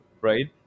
Right